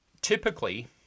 typically